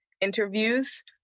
interviews